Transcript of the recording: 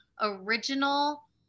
original